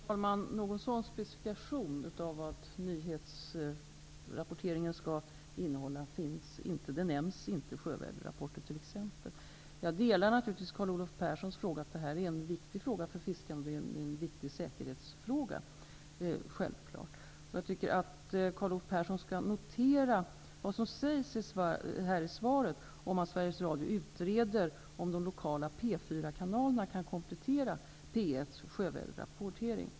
Herr talman! Någon specifikation av vad nyhetsrapporteringen skall innehålla finns inte. T.ex. sjövädersrapporter nämns inte. Jag delar naturligtvis Carl Olov Perssons uppfattning att detta är en viktig säkerhetsfråga för fiskare. Men Carl Olov Persson skall notera vad som sägs i svaret om att Sveriges Radio utreder om de lokala P4 kanalerna kan komplettera P1:s sjövädersrapportering.